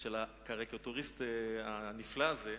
הקריקטוריסט הנפלא הזה,